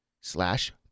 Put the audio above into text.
slash